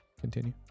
Continue